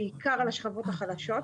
בעיקר על השכבות החלשות.